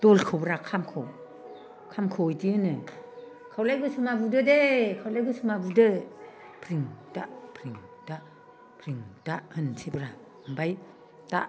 दलखौब्रा खामखौ खामखौ बिदि होनो खावलाय गोसोमा बुदो दे खावलाय गोसोमा बुदो ब्रिंदा ब्रिंदा ब्रिंदा ब्रिंदा होननोसैब्रा ओमफ्राय दा